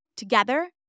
Together